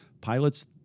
Pilots